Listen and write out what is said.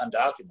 undocumented